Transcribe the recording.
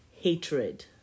hatred